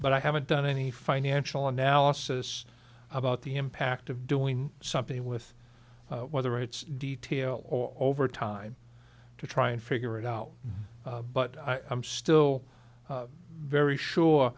but i haven't done any financial analysis about the impact of doing something with whether it's detail or over time to try and figure it out but i'm still very sure